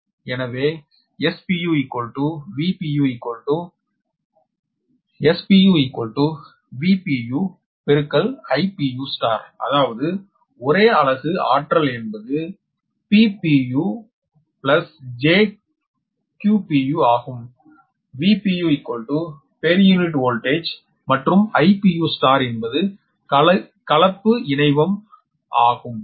எனவே Spu Vpu Ipu அதாவது ஒரே அலகு ஆற்றல் என்பது Ppu jQpu ஆகும் Vpu per unit voltage மற்றும் Ipuஎன்பது கலப்பு இணைவம் ஆகும்